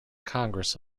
congress